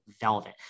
VELVET